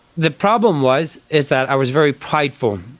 the problem was is that i was very prideful.